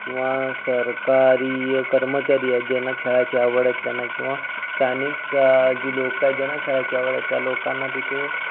किंवा सरकारी कर्मचारी आहेत ज्यांना खेळायची आवड आहे त्यांना किंवा स्थानिक स जी लोकं आहेत ज्यांना खेळायची आवड आहे त्या लोकांना तिथे